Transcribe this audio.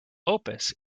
opus